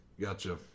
gotcha